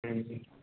ہوں